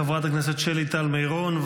חברת הכנסת שלי טל מירון,